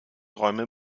räume